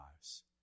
lives